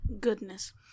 Goodness